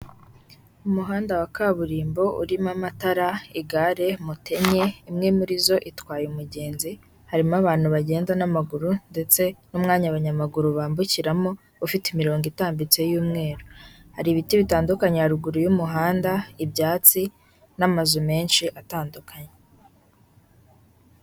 Umuhanda wa kaburimbo urimo amatara, igare, moto enye, imwe muri zo itwaye umugenzi, harimo abantu bagenda n'amaguru ndetse n'umwanya abanyamaguru bambukiramo, ufite imirongo itambitse y'umweru. Hari ibiti bitandukanye haruguru y'umuhanda, ibyatsi n'amazu menshi atandukanye.